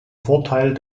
vorteil